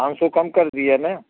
पाँच सौ कम कर दिया ने